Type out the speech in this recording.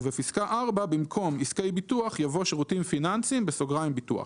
ובפסקה (4) במקום "עסקי ביטוח" יבוא "שירותים פיננסיים (ביטוח)".